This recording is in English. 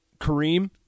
Kareem